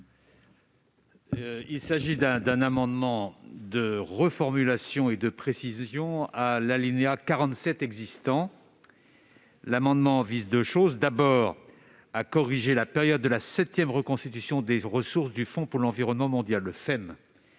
Il s'agit d'un amendement de reformulation et de précision de l'alinéa 47 existant. L'amendement vise d'abord à corriger la période de la septième reconstitution des ressources du Fonds pour l'environnement mondial (FEM),